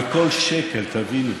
על כל שקל, תבינו: